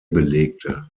belegte